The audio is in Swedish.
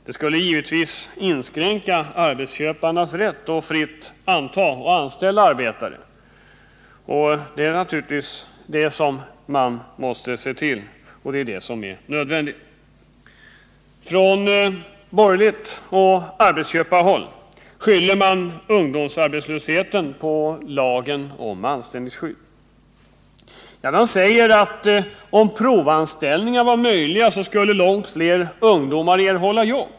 Det skulle givetvis inskränka arbetsköparnas rätt att fritt anta och anställa arbetare, och det är bl.a. det som är nödvändigt. Från borgerligt håll och arbetsköparhåll skyller man arbetslösheten på lagen om anställningsskydd. Man säger att om provanställningar var möjliga skulle långt fler ungdomar kunna erhålla jobb.